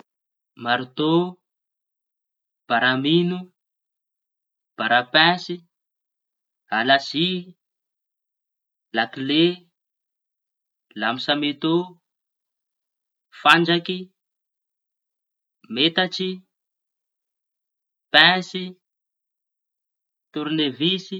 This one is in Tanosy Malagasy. Maritô, baramino, barapainsy, alasy, lakile, lame sametô, fandraky, metatry, painsy, tornevisy.